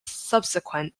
subsequent